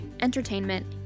entertainment